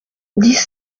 dix